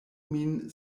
min